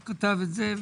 הוא כתב את זה.